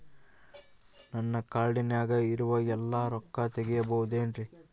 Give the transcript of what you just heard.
ನನ್ನ ಕಾರ್ಡಿನಾಗ ಇರುವ ಎಲ್ಲಾ ರೊಕ್ಕ ತೆಗೆಯಬಹುದು ಏನ್ರಿ?